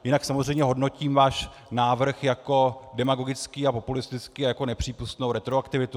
Jinak samozřejmě hodnotím váš návrh jako demagogický a populistický a jako nepřípustnou retroaktivitu.